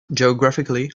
geographically